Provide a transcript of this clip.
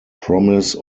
promise